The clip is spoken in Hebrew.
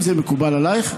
אם זה מקובל עלייך,